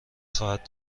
خواهد